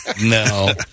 No